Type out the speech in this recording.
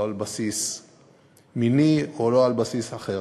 לא על בסיס מיני ולא על בסיס אחר,